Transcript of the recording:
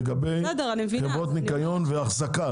לגבי חברות ניקיון ושמירה,